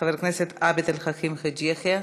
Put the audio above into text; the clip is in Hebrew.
חבר הכנסת עבד אל חכים חאג' יחיא,